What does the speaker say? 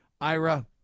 Ira